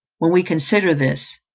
when we consider this,